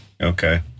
Okay